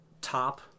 top